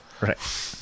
Right